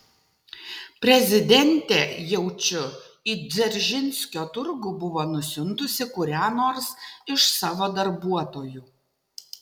prezidentė jaučiu į dzeržinskio turgų buvo nusiuntusi kurią nors iš savo darbuotojų